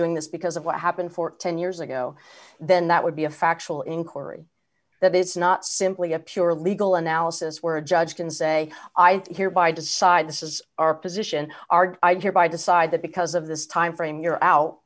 doing this because of what happened for ten years ago then that would be a factual in corrie that is not simply a pure legal analysis where a judge can say i hear by decide this is our position i hereby decide that because of this time frame you're out